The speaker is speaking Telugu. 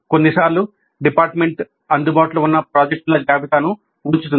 కొన్నిసార్లు డిపార్ట్మెంట్ అందుబాటులో ఉన్న ప్రాజెక్టుల జాబితాను ఉంచుతుంది